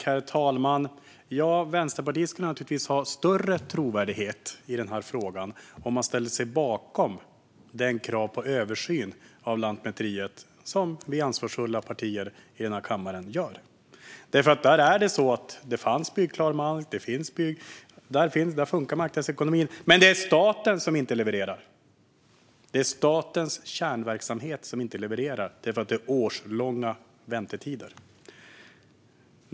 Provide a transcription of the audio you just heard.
Herr talman! Vänsterpartiet skulle ha större trovärdighet i denna fråga om de hade ställt sig bakom kravet på en översyn av Lantmäteriet, så som vi ansvarsfulla partier i denna kammare har gjort. För det är så att byggklar mark finns och marknadsekonomin funkar, men staten levererar inte. Det är statens kärnverksamhet som inte levererar därför att det är årslånga väntetider.